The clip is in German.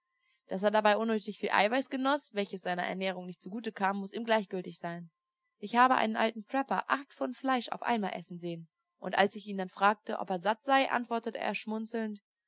daß er dabei unnötig viel eiweiß genoß welches seiner ernährung nicht zugute kam mußte ihm gleichgültig sein ich habe einen alten trapper acht pfund fleisch auf einmal essen sehen und als ich ihn dann fragte ob er satt sei antwortete er schmunzelnd